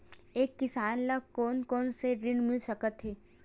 एक किसान ल कोन कोन से ऋण मिल सकथे?